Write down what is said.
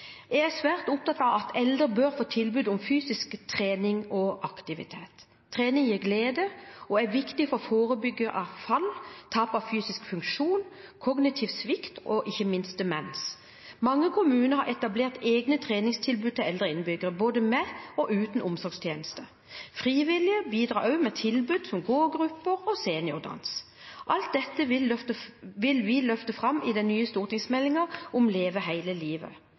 Jeg er svært opptatt av at eldre bør få tilbud om fysisk trening og aktivitet. Trening gir glede og er viktig for forebygging av fall, tap av fysiske funksjoner, kognitiv svikt og ikke minst demens. Mange kommuner har etablert egne treningstilbud til eldre innbyggere, både med og uten omsorgstjeneste. Frivillige bidrar også med tilbud som gå-grupper og seniordans. Alt dette vil vi løfte fram i den nye stortingsmeldingen om Leve hele livet